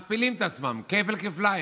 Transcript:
מכפילים את עצמם כפל-כפליים,